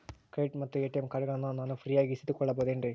Credit ಮತ್ತ ATM ಕಾರ್ಡಗಳನ್ನ ನಾನು ಫ್ರೇಯಾಗಿ ಇಸಿದುಕೊಳ್ಳಬಹುದೇನ್ರಿ?